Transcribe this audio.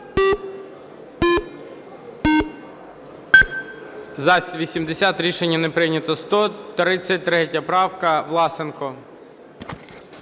За-84 Рішення не прийнято. 523 правка, Власенко.